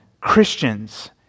Christians